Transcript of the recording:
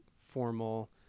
formal